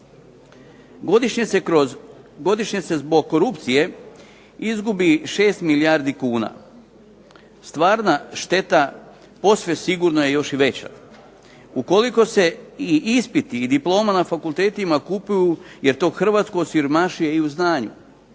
Godišnje se zbog korupcije izgubi 6 milijardi kuna. Stvarna šteta posve sigurno je još i veća. Ukoliko se i ispiti i diploma na fakultetima kupuju, jer to Hrvatsku osiromašuje i u znanju.